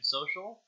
Social